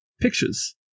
pictures